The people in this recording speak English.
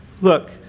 look